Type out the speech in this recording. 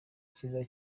cyiza